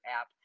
app